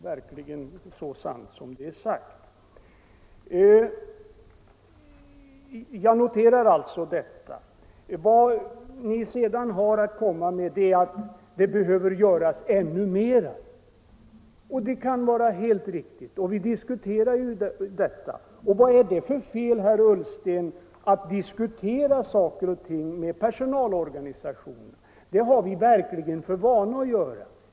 Det är så sant som det är sagt, herr Ullsten. Vad ni sedan har att komma med är att det behöver göras ännu mer. Det kan vara helt riktigt. Vi diskuterar just nu detta. Vad är det för fel, herr Ullsten, att diskutera saker och ting med personalorganisationerna? Det har vi för vana att göra.